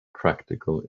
practical